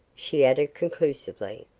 she added conclusively.